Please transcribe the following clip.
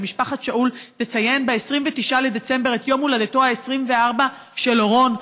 ומשפחת שאול תציין ב-29 בדצמבר את יום הולדתו ה-24 של אורון,